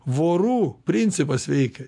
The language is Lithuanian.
vorų principas veikia